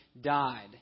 died